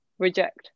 reject